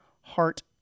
heart